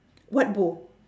what bow